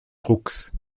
drucks